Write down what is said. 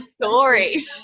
story